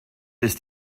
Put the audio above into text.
ist